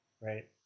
Right